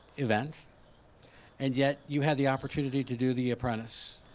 event and yet, you had the opportunity to do the apprentice.